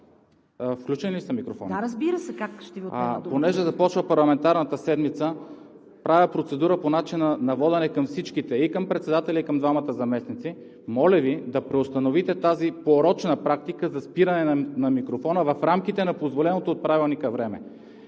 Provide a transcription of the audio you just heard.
се. Как ще Ви отнема думата?! ГЕОРГИ СВИЛЕНСКИ: Понеже започва парламентарната седмица, правя процедура по начина на водене към всичките – и към председателя, и към двамата заместници. Моля Ви да преустановите тази порочна практика за спиране на микрофона в рамките на позволеното от Правилника време.